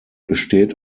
besteht